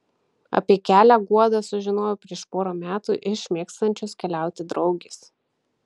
apie kelią guoda sužinojo prieš porą metų iš mėgstančios keliauti draugės